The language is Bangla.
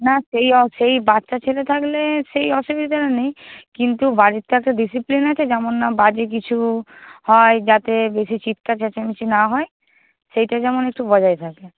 না সেই সেই বাচ্চা ছেলে থাকলে সেই অসুবিধা নেই কিন্তু বাড়ির তো একটা ডিসিপ্লিন আছে যেমন বাজে কিছু হয় যাতে বেশি চিৎকার চেঁচামেচি না হয় সেটা যেমন একটু বজায় থাকে